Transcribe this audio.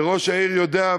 וראש העיר יודע,